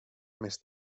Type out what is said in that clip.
més